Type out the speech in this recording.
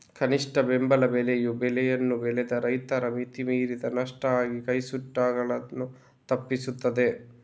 ಕನಿಷ್ಠ ಬೆಂಬಲ ಬೆಲೆಯು ಬೆಳೆಯನ್ನ ಬೆಳೆದ ರೈತರು ಮಿತಿ ಮೀರಿದ ನಷ್ಟ ಆಗಿ ಕೈ ಸುಟ್ಕೊಳ್ಳುದನ್ನ ತಪ್ಪಿಸ್ತದೆ